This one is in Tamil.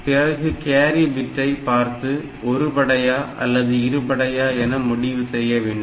பிறகு கேரி பிட்டை பார்த்து ஒரு படையா அல்லது இரு படையா என முடிவு செய்ய வேண்டும்